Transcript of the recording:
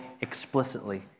explicitly